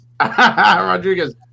Rodriguez